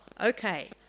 Okay